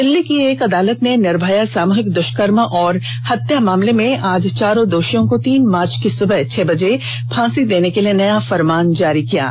दिल्ली की एक अदालत ने निर्भया सामूहिक दृष्कर्म और हत्या मामले में आज चारों दोषियों को तीन मार्च की सुबह छह बजे फांसी देने के लिए नया फरमान जारी कर दिया है